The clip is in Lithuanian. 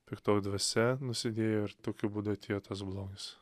piktoji dvasia nusidėjo ir tokiu būdu atėjo tas blogis